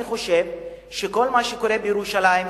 אני חושב שכל מה שקורה בירושלים,